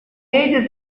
ages